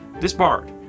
disbarred